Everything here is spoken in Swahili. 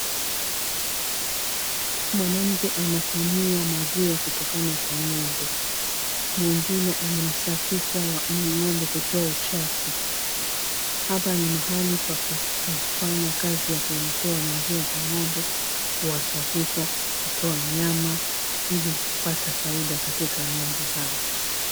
Mwanamke anakamuwa maziwa kutokana kwa ng'ombe, mwingine anamsafisha ng'ombe kutoa uchafu. Hapa ni mahal pa kufanya kazi ya kutoa maziwa kwa ng'ombe, kuwasafisha, kutoa nyama ili kupata faida katika ng'ombe hao.